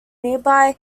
nearby